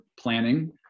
planning